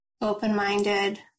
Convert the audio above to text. open-minded